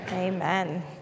Amen